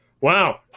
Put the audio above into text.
Wow